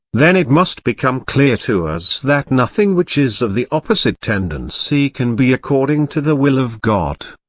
then it must become clear to us that nothing which is of the opposite tendency can be according to the will of god.